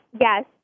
yes